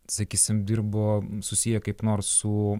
sakysim dirbo susiję kaip nors su